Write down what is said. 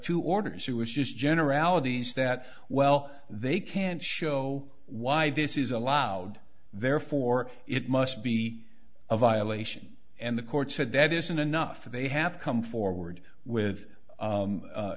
two orders who is just generalities that well they can't show why this is allowed therefore it must be a violation and the court said that isn't enough they have come forward with